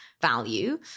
value